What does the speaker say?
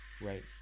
Right